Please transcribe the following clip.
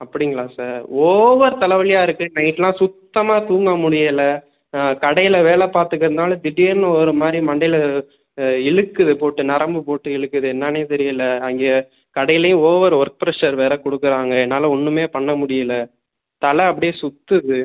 அப்படிங்களா sir over தலை வலியாக இருக்குது நைட்லாம் சுத்தமாக தூங்க முடியலை கடையில் வேலை பார்த்துக்கறதுனால திடீர்னு ஒருமாதிரி மண்டையில் இழுக்குது போட்டு நரம்பு போட்டு இழுக்குது என்னென்னே தெரியலை அங்கே கடையிலே ஓவர் ஒர்க் ப்ரெஷர் வேறு கொடுக்குறாங்க என்னால் ஒன்னுமே பண்ண முடியலை தலை அப்படே சுற்றுது